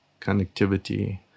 connectivity